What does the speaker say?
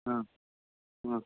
हां हां